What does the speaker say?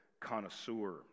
connoisseur